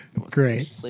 Great